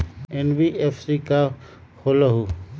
NBFC का होलहु?